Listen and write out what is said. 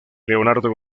leonardo